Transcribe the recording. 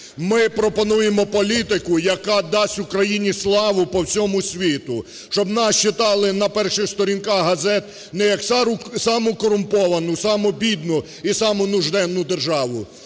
Ми пропонуємо політику, яка дасть Україні славу по всьому світу, щоб нас читали на перших сторінках газет не як саму корумповану, саму бідну і саму нужденну державу,